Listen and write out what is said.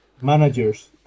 managers